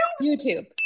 youtube